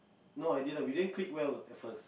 no I didn't we didn't click well at first